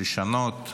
לשנות,